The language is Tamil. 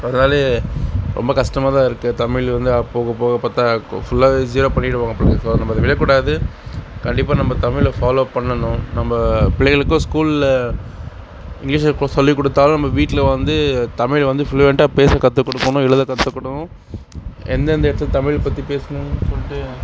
ஸோ அதாலேயே ரொம்ப கஷ்டமாக தான் இருக்கு தமிழ் வந்து போக போக பார்த்தா ஃபுல்லாகவே ஜீரோ பண்ணிடுவாங்க போல நம்ம அதை விட கூடாது கண்டிப்பாக நம்ம தமிழில் ஃபாலோ பண்ணணும் நம்ம பிள்ளைங்களுக்கும் ஸ்கூலில் இங்கிலீஷை சொல்லி கொடுத்தாலும் நம்ம வீட்டில் வந்து தமிழ் வந்து ஃப்ளுயன்ட்டாக பேச கற்று கொடுக்குணும் எழுத கற்று கொடுக்குணும் எந்தெந்த இடத்துல தமிழ் பற்றி பேசணும் சொல்லிட்டு